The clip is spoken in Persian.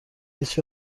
هیچ